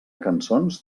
cançons